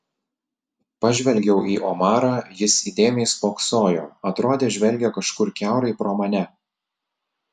pažvelgiau į omarą jis įdėmiai spoksojo atrodė žvelgia kažkur kiaurai pro mane